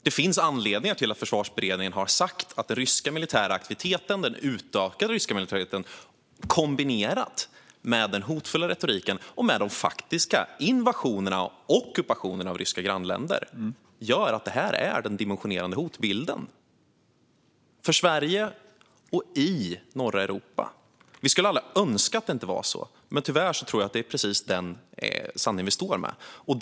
Det finns anledningar till att Försvarsberedningen har sagt att den utökade ryska militära aktiviteten i kombination med den hotfulla retoriken och de faktiska invasionerna och ockupationerna av grannländer till Ryssland gör att det här är den dimensionerande hotbilden för Sverige och i norra Europa. Vi skulle alla önska att det inte var så, men tyvärr tror jag att det är precis denna sanning vi står inför.